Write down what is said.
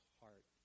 heart